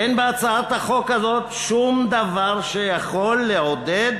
אין בהצעת החוק הזאת שום דבר שיכול לעודד